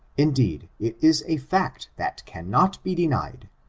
indeed, it is a fact that cannot be denied,